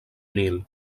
nil